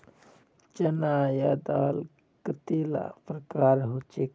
चना या दाल कतेला प्रकारेर होचे?